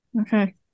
Okay